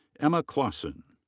emma claussen.